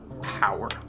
power